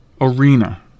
arena